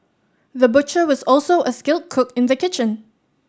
the butcher was also a skilled cook in the kitchen